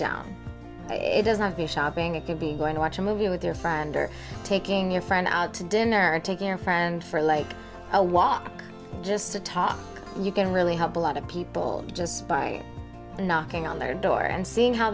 down it doesn't have the shopping it could be going to watch a movie with their friends or taking your friend out to dinner or taking a friend for like a walk just to talk you can really help a lot of people just by knocking on their door and seeing how